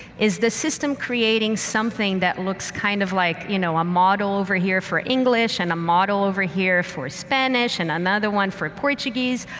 is this system creating something that looks kind of like, you know, a model over here for english and a model over here for spanish and another one for portuguese?